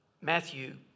Matthew